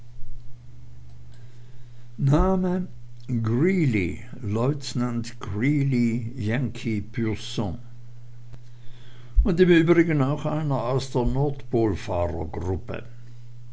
greeley leutnant greeley yankee pur sang und im übrigen auch einer aus der